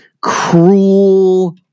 cruel